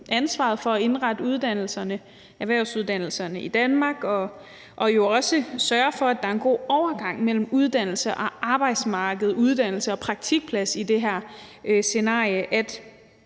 ansvaret for at indrette erhvervsuddannelserne i Danmark og også sørge for, at der er en god overgang mellem uddannelse og arbejdsmarked og uddannelse og praktikplads i det her scenarie.